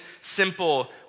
simple